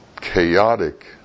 chaotic